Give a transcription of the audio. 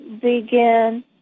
begin